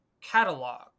catalog